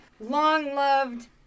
long-loved